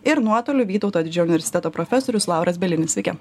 ir nuotoliu vytauto didžiojo universiteto profesorius lauras bielinis sveiki